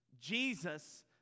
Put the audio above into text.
Jesus